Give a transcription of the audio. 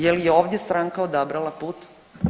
Je li i ovdje stranka odabrala put?